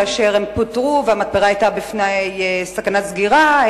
כאשר הן פוטרו והמתפרה היתה בפני סכנת סגירה,